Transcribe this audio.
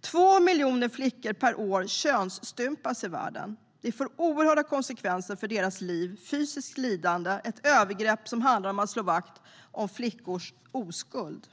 2 miljoner flickor per år könsstympas i världen. Det får oerhörda konsekvenser för deras liv - fysiskt lidande efter ett övergrepp som handlar om att slå vakt om flickors oskuld.